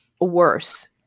worse